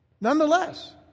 Nonetheless